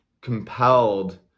compelled